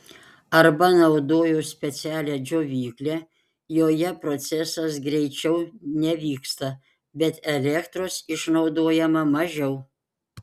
arba naudoju specialią džiovyklę joje procesas greičiau nevyksta bet elektros išnaudojama mažiau